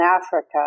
Africa